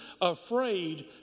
afraid